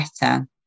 better